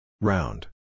Round